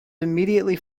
immediately